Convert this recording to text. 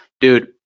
Dude